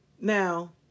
Now